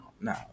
no